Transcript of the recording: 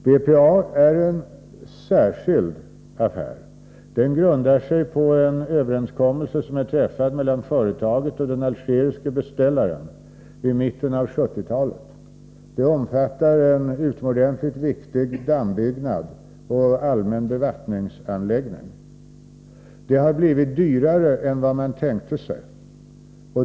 BPA-affären är en särskild affär. Den grundar sig på en överenskommelse som vid mitten av 1970-talet träffades mellan företaget och den algeriske beställaren. Den omfattar en utomordentligt viktig dammbyggnad och allmän bevattningsanläggning. Projektet har blivit dyrare än man tänkte sig.